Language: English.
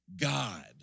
God